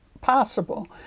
possible